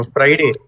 Friday